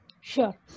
Sure